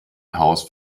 haus